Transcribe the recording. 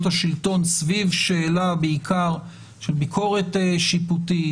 השלטון סביב שאלה בעיקר של ביקורת שיפוטית,